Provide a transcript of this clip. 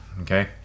okay